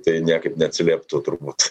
tai niekaip neatsilieptų turbūt